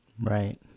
Right